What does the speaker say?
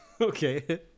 Okay